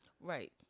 Right